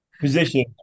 Position